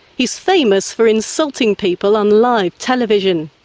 he's famous for insulting people on live television.